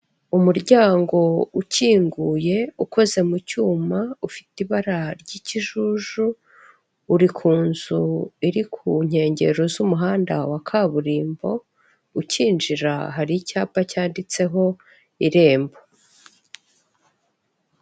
Umuryango ukinguye ukoze mu cyuma; ufite ibara ry'ikijuju, uri ku nzu iri ku nkengero z'umuhanda wa kaburimbo; ukinjira hariho icyapa cyanditseho irembo.